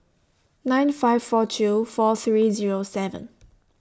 nine five four two four three Zero seven